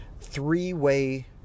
three-way